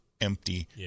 empty